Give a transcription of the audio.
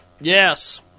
Yes